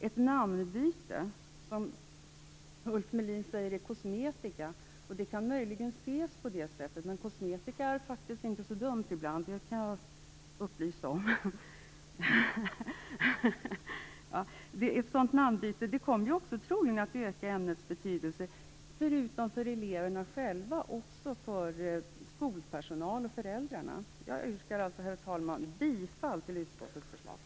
Ett namnbyte är kosmetika, säger Ulf Melin. Möjligen kan ett namnbyte ses på det sättet, men kosmetika är faktiskt inte så dumt ibland. Ett namnbyte kommer troligen att öka ämnets betydelse, inte bara för eleverna själva utan också för skolpersonalen och föräldrarna. Herr talman! Jag yrkar alltså bifall till hemställan i utskottets betänkande.